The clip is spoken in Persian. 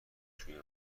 توی